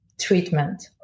treatment